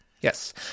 Yes